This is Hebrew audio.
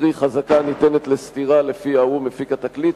קרי חזקה הניתנת לסתירה שלפיה הוא מפיק התקליט.